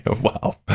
wow